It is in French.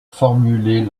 formuler